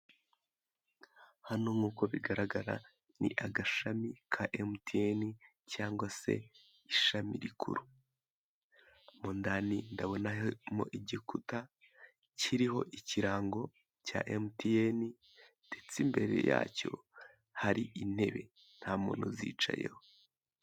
Hano nk'uko bigaragara ni agashami ka emutiyeni, cyangwa se ishami rikuru. Mo ndani ndabonamo igikuta kiriho ikirango, cya emutiyeni, ndetse imbere yacyo hari intebe, nta muntu uzicayeho.